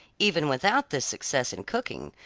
even without this success in cooking,